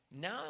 Now